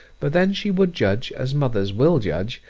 but then she would judge as mothers will judge,